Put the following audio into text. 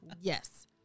Yes